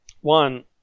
one